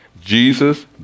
Jesus